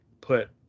put